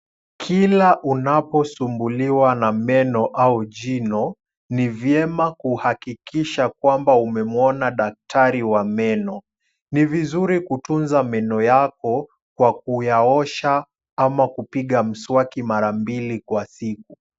Kila unaposumbuliwa na meno au jino ni vyema kuhakikisha kwamba umemuona daktari wa meno. Ni vizuri kutunza meno yako kwa kuyaosha ama kupiga mswaki mara mbili kwa siku.